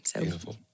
Beautiful